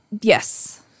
Yes